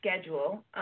schedule